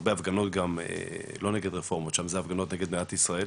הרבה הפגנות לא נגד רפורמות שם זה נגד מדינת ישראל.